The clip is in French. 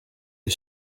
les